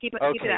Okay